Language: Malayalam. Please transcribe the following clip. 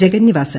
ജഗന്നിവാസൻ